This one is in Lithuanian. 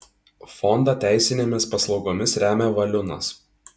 fondą teisinėmis paslaugomis remia valiunas